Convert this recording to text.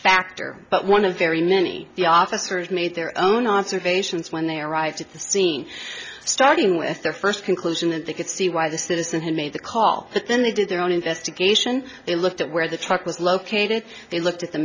factor but one of very many the officers made their own observations when they arrived at the scene starting with their first conclusion that they could see why the citizen who made the call that then they did their own investigation they looked at where the truck was located they looked at the